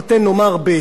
בפראג,